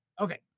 Okay